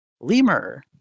Lemur